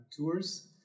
tours